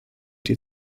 die